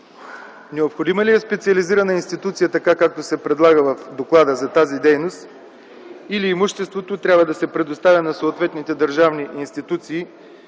Необходима ли е специализирана институция – така както се предлага в доклада – за тази дейност, или имуществото трябва да се предостави на съответните държавни институции,